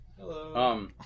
Hello